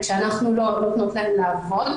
כשלא נותנים להן לעבוד,